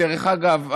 דרך אגב,